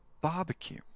Barbecue